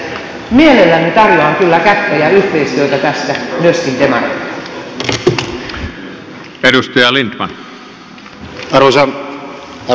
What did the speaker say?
mielelläni tarjoan kyllä kättä ja yhteistyötä tässä myöskin demareille